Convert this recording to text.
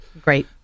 Great